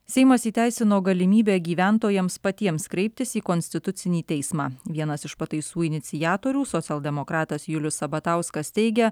seimas įteisino galimybę gyventojams patiems kreiptis į konstitucinį teismą vienas iš pataisų iniciatorių socialdemokratas julius sabatauskas teigia